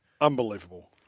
unbelievable